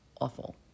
awful